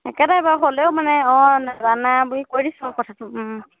একেটাই বাৰু হ'লেও মানে অঁ নাজানা বুলি কৈ দিছোঁ কথাটো